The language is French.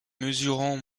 mesurant